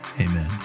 Amen